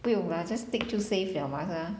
不用 lah just tick 就 save liao mah 是吗